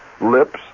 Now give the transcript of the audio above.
lips